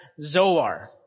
Zoar